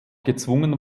gezwungen